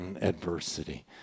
adversity